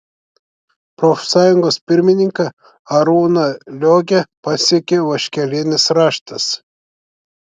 profsąjungos pirmininką arūną liogę pasiekė vaškelienės raštas